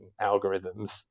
algorithms